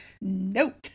nope